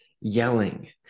yelling